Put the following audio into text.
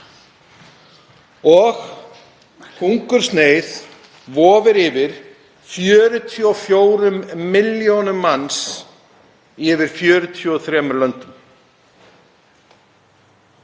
og hungursneyð vofir yfir 44 milljónum manna í yfir 43 löndum.